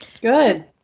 Good